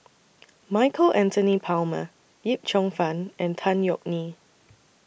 Michael Anthony Palmer Yip Cheong Fun and Tan Yeok Nee